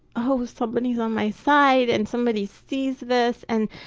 oh, somebody's on my side, and somebody sees this and,